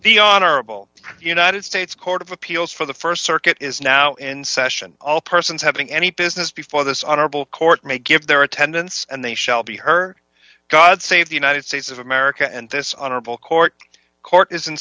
the honorable united states court of appeals for the st circuit is now in session all persons having any business before this honorable court may give their attendance and they shall be her god save the united states of america and this honorable court court is